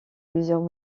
plusieurs